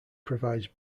provides